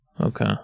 Okay